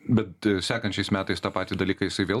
bet sekančiais metais tą patį dalyką jisai vėl